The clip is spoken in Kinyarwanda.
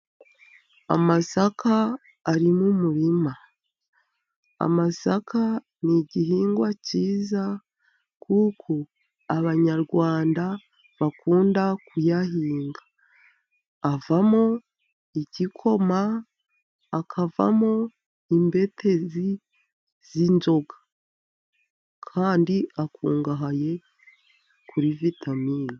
Amasaka ari mu murima. Amasaka ni igihingwa cyiza kuko Abanyarwanda bakunda kuyahinga. Avamo igikoma, akavamo imbetezi z'inzoga, kandi akungahaye kuri vitamini.